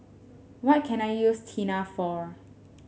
what can I use Tena for